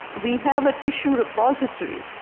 we have a tissue repository,